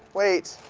wait!